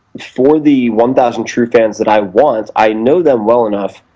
for the one thousand true fans that i want. i know them well enough,